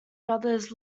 brothers